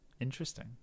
interesting